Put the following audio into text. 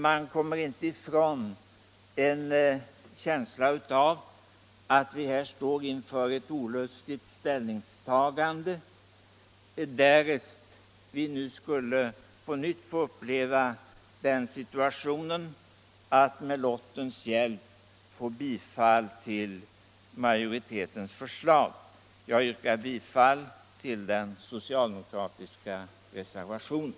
Man kommer inte ifrån en känsla av att vi här står inför ett olustigt ställningstagande, därest vi nu på nytt skulle uppleva den situationen att med lottens hjälp få bifall till majoritetens förslag. Jag yrkar bifall till den socialdemokratiska reservationen.